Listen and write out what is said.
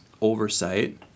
oversight